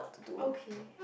okay